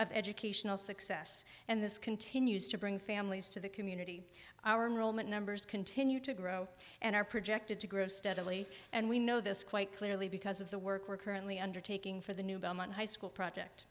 of educational success and this continues to bring families to the community our neural net numbers continue to grow and are projected to grow steadily and we know this quite clearly because of the work we're currently undertaking for the new belmont high school project